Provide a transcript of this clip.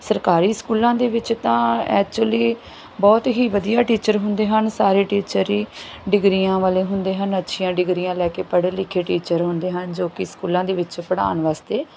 ਸਰਕਾਰੀ ਸਕੂਲਾਂ ਦੇ ਵਿੱਚ ਤਾਂ ਐਚੂਲ਼ੀ ਬਹੁਤ ਹੀ ਵਧੀਆ ਟੀਚਰ ਹੁੰਦੇ ਹਨ ਸਾਰੇ ਟੀਚਰ ਹੀ ਡਿਗਰੀਆਂ ਵਾਲੇ ਹੁੰਦੇ ਹਨ ਅੱਛੀਆਂ ਡਿਗਰੀਆਂ ਲੈ ਕੇ ਪੜ੍ਹੇ ਲਿਖੇ ਟੀਚਰ ਹੁੰਦੇ ਹਨ ਜੋ ਕਿ ਸਕੂਲਾਂ ਦੇ ਵਿੱਚ ਪੜ੍ਹਾਉਣ ਵਾਸਤੇ